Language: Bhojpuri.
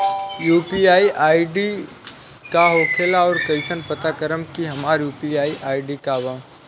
यू.पी.आई आई.डी का होखेला और कईसे पता करम की हमार यू.पी.आई आई.डी का बा?